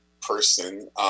person